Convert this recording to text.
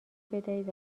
بدهید